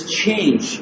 change